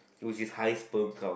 which is high sperm count